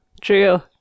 True